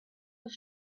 have